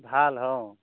ভাল অ